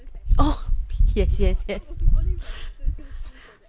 oh yes yes yes